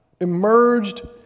emerged